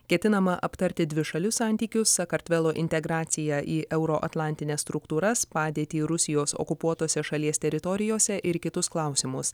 ketinama aptarti dvišalius santykius sakartvelo integraciją į euroatlantines struktūras padėtį rusijos okupuotose šalies teritorijose ir kitus klausimus